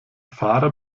fahrer